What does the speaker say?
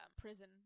prison